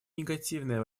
негативное